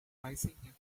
raising